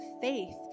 faith